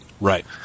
Right